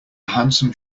handsome